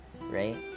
right